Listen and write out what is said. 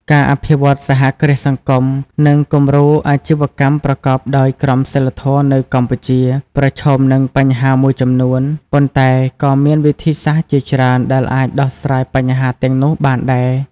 ការអភិវឌ្ឍសហគ្រាសសង្គម និងគំរូអាជីវកម្មប្រកបដោយក្រមសីលធម៌នៅកម្ពុជា ប្រឈមនឹងបញ្ហាមួយចំនួន ប៉ុន្តែក៏មានវិធីសាស្រ្តជាច្រើនដែលអាចដោះស្រាយបញ្ហាទាំងនោះបានដែរ ។